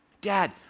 Dad